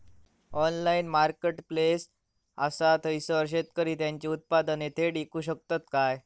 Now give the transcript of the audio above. Online marketplace असा थयसर शेतकरी त्यांची उत्पादने थेट इकू शकतत काय?